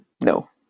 No